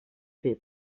fer